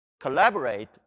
collaborate